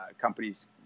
companies